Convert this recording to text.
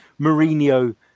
Mourinho